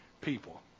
people